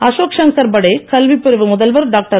அசோக்சங்கர் படே கல்விப் பிரிவு முதல்வர் டாக்டர்